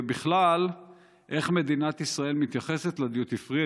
ובכלל איך מדינת ישראל מתייחסת לדיוטי פרי?